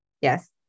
Yes